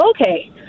okay